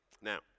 Now